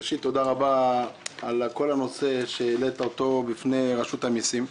ראשית, תודה רבה על העלאת הנושא בפני רשות המסים.